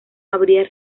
habría